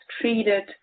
treated